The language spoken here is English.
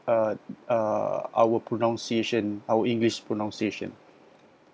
uh uh our pronunciation our english pronunciation